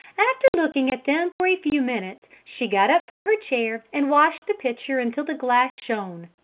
after looking at them for a few minutes, she got up from her chair and washed the pitcher until the glass shone.